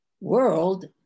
world